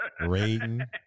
Raiden